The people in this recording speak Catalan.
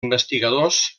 investigadors